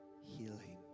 healing